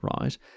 right